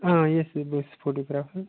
آ yes yes بہٕ حظ چھُس فوٹوگرٛافر